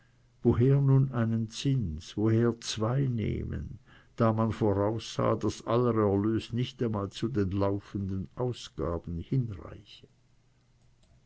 woher nun einen zins woher zwei nehmen da man voraussah daß aller erlös nicht einmal zu den laufenden ausgaben hinreiche